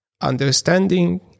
Understanding